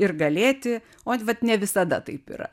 ir galėti ot vat ne visada taip yra